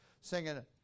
singing